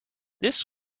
this